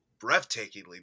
breathtakingly